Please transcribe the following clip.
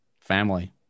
Family